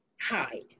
hide